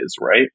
right